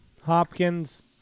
Hopkins